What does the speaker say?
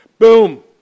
Boom